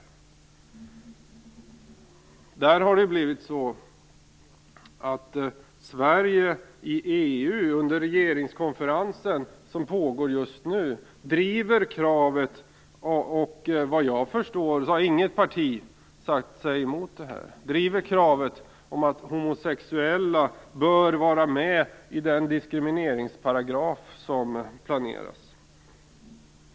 I detta avseende har det blivit så att Sverige i EU i samband med den regeringskonferens som just nu pågår driver kravet - såvitt jag förstår har inget parti sagt sig vara emot detta - på att homosexuella bör omfattas av den diskrimineringsparagraf som planeras.